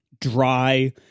dry